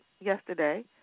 yesterday